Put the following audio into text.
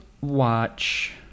watch